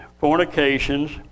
fornications